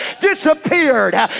disappeared